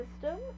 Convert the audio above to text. system